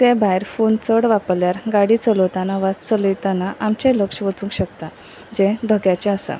ते भायर फोन चड वापरल्यार गाडी चलोवतना वा चलयतना आमचे लक्ष वचूंक शकता जे धोक्याचें आसा